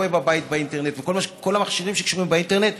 רואה בבית באינטרנט וכל המכשירים שקשורים באינטרנט,